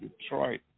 Detroit